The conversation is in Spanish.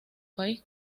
país